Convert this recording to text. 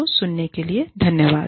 तो सुनने के लिए धन्यवाद